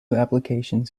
applications